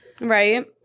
right